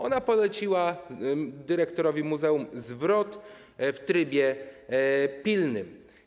Ona poleciła dyrektorowi muzeum zwrot w trybie pilnym.